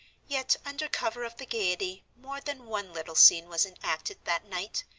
yet under cover of the gaiety more than one little scene was enacted that night,